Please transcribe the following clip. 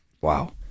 wow